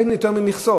אין יותר מכסות,